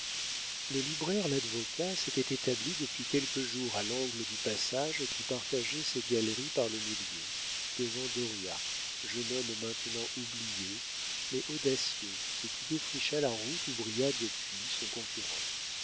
le libraire ladvocat s'était établi depuis quelques jours à l'angle du passage qui partageait ces galeries par le milieu devant dauriat jeune homme maintenant oublié mais audacieux et qui défricha la route où brilla depuis son concurrent